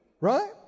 Right